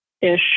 ish